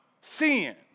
sin